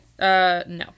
no